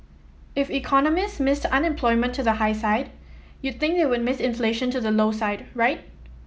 if economists missed unemployment to the high side you'd think they would miss inflation to the low side right